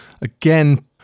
again